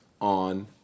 on